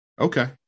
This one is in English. Okay